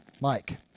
Mike